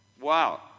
Wow